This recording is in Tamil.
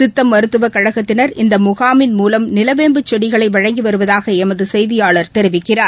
சித்த மருத்துவக் கழகத்தினா் இந்த முகாமின் மூலம் நிலவேம்பு செடிகளை வழங்கி வருவதாக எமது செய்தியாளர் தெரிவிக்கிறார்